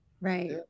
Right